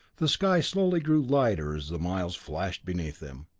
the sky slowly grew lighter as the miles flashed beneath them.